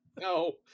No